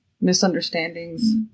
misunderstandings